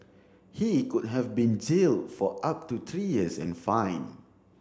he could have been jail for up to three years and fine